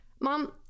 Mom